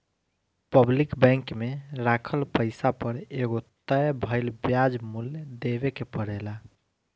public bank में राखल पैसा पर एगो तय भइल ब्याज मूल्य देवे के परेला